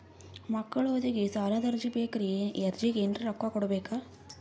ಮಕ್ಕಳ ಓದಿಗಿ ಸಾಲದ ಅರ್ಜಿ ಬೇಕ್ರಿ ಅರ್ಜಿಗ ಎನರೆ ರೊಕ್ಕ ಕೊಡಬೇಕಾ?